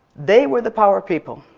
they were the power people,